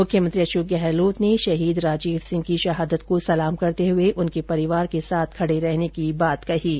मुख्यमंत्री अशोक गहलोत ने शहीद राजीव सिंह की शहादत को सलाम करते हुए उनके परिवार के साथ खडे रहने की बात कही है